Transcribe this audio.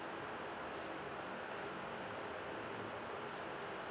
so